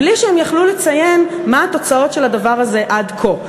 בלי שהם יכלו לציין מה התוצאות של הדבר הזה עד כה.